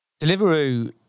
Deliveroo